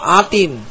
atin